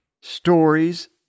stories